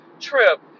trip